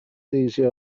easier